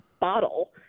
bottle